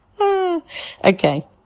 Okay